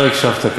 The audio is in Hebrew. לא הקשבת,